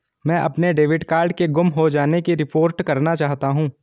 मैं अपने debit card के गुम हो जाने की रिपोर्ट करना चाहता हूँ